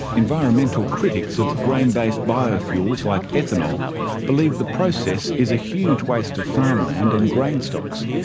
environmental critics of grain based biofuels like ethanol believe the process is a huge waste of farmland and grain stocks,